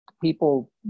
people